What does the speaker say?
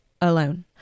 alone